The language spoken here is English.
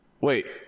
Wait